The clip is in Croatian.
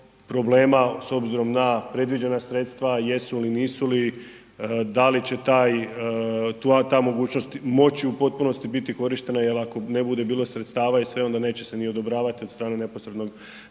problema s obzirom na predviđena sredstva, jesu li, nisu li, da li će ta mogućnost moći u potpunosti biti korištena jel ako ne bude bilo sredstava onda se neće ni odobravati od strane neposr3ednog